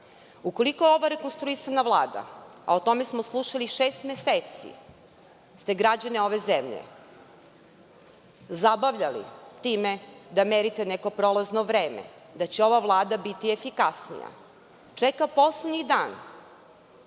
praksa. Ukoliko ova rekonstruisana Vlada, a o tome smo slušali šest meseci, da ste građane ove zemlje zabavljali time da merite neko prolazno vreme, da će ova Vlada biti efikasnija, čeka poslednji dan